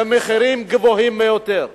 במחירים גבוהים ביותר.